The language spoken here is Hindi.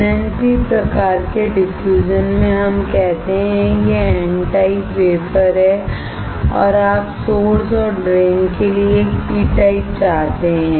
एनएनपी प्रकार के डिफ्यूजन में हम कहते हैं यह N टाइप वेफर है और आप सोर्स और ड्रेन के लिए एक P टाइप चाहते हैं